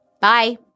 Bye